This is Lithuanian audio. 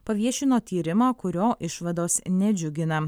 paviešino tyrimą kurio išvados nedžiugina